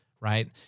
right